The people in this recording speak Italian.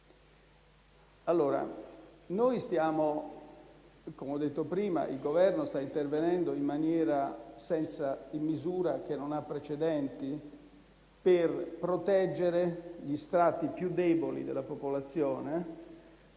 dell'energia. Come ho detto prima, il Governo sta intervenendo in una misura che non ha precedenti per proteggere gli strati più deboli della popolazione,